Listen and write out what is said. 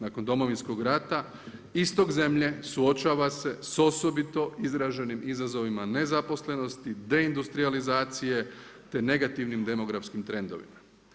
Nakon Domovinskog rata istok zemlje suočava se sa osobito izraženim izazovima nezaposlenosti, deindustrijalizacije te negativnim demografskim trendovima.